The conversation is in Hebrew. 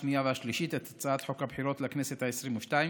השנייה והשלישית את הצעת חוק הבחירות לכנסת העשרים-ושתיים